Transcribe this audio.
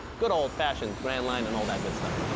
good ol' fashion grand line and all that good stuff.